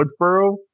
Woodsboro